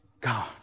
God